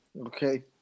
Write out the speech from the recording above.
Okay